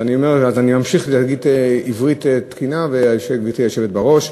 אז אני אומר שאני אמשיך להגיד בעברית תקינה "גברתי היושבת בראש".